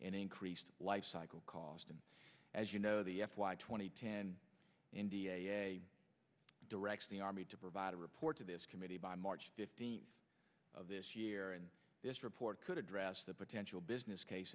increased lifecycle cost and as you know the f y twenty indeed directs the army to provide a report to this committee by march fifteenth of this year and this report could address the potential business case